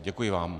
Děkuji vám.